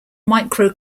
micro